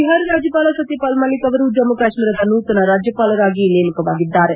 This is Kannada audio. ಬಿಹಾರ ರಾಜ್ಜಪಾಲ ಸತ್ಯಪಾಲ್ ಮಲ್ಲಿಕ್ ಅವರು ಜಮ್ಮ ಕಾಶ್ಮೀರದ ನೂತನ ರಾಜ್ಯಪಾಲರಾಗಿ ನೇಮಕವಾಗಿದ್ದಾರೆ